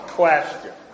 question